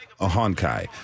Ahonkai